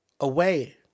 away